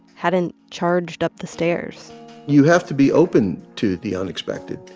hadn't charged up the stairs you have to be open to the unexpected,